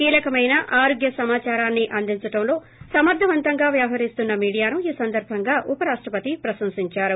కీలకమైన ఆరోగ్య సమాచారాన్ని అందించడంలో సమర్దవంతంగా వ్యవహరిస్తున్న మీడియాను ఈ సందర్బంగా ఉపరాష్టపతి ప్రశంసించారు